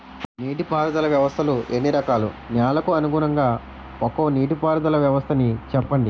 నీటి పారుదల వ్యవస్థలు ఎన్ని రకాలు? నెలకు అనుగుణంగా ఒక్కో నీటిపారుదల వ్వస్థ నీ చెప్పండి?